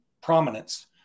prominence